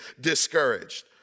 discouraged